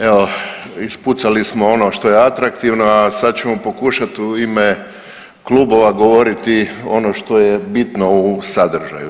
Evo ispucali smo ono što je atraktivno, a sad ćemo pokušat u ime klubova govoriti ono što je bitno u sadržaju.